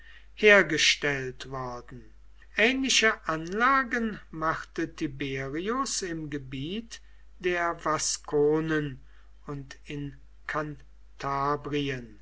hergestellt worden ähnliche anlagen machte tiberius im gebiet der vasconen und